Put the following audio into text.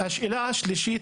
השאלה השלישית,